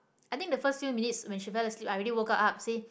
I think the first few minutes when she fell asleep I already woke her up say